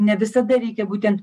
ne visada reikia būten